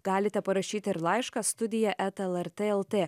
galite parašyti ir laišką studija eta lrt lt